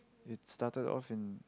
it's started often